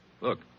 Look